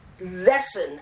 lesson